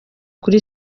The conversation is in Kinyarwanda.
muri